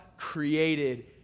created